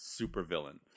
supervillain